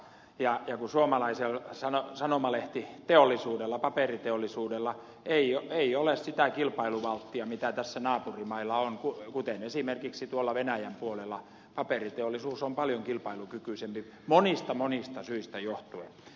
ja kun suomalaisella sanomalehtipaperiteollisuudella ei ole sitä kilpailuvalttia mitä tässä naapurimailla on kuten esimerkiksi venäjän puolella paperiteollisuus on paljon kilpailukykyisempi monista monista syistä johtuen